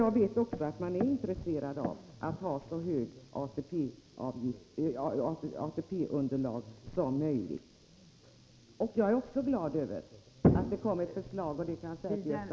Jag vet också att man är intresserad av att ha ett så högt ATP underlag som möjligt.